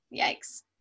Yikes